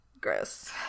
Gross